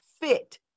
fit